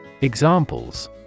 Examples